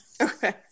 Okay